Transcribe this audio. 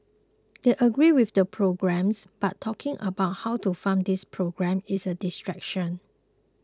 they agree with the programmes but talking about how to fund these programmes is a distraction